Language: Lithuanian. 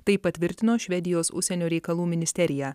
tai patvirtino švedijos užsienio reikalų ministerija